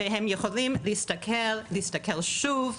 הם יכולים להסתכל, להסתכל שוב,